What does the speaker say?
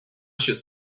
should